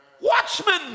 Watchmen